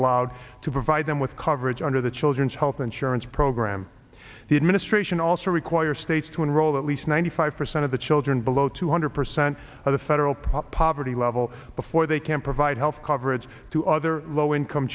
allowed to provide them with coverage under the children's health insurance program the administration also require states to enroll at least ninety five percent of the children below two hundred percent of the federal property level before they can provide health coverage to other low income